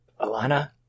Alana